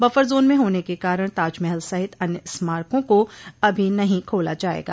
buffer zone में होने के कारण ताजमहल सहित अन्य स्मारकों को अभी नहीं खोला जायेगा